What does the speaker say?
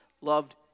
loved